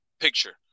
Picture